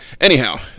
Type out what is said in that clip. Anyhow